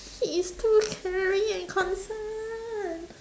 he is too caring and concerned